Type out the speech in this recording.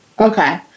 Okay